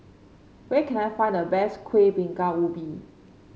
where can I find the best Kueh Bingka Ubi